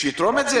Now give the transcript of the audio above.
שיתרום את זה